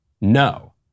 no